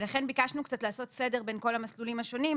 לכן ביקשנו לעשות סדר בין כל המסלולים השונים.